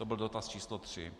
To byl dotaz číslo tři.